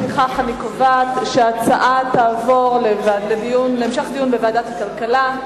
לפיכך אני קובעת שההצעה תעבור להמשך דיון בוועדת הכלכלה.